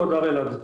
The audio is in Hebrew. בבקשה.